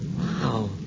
Wow